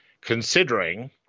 considering